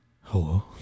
Hello